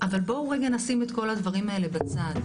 אבל בואו רגע נשים את כל הדברים האלה בצד.